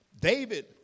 David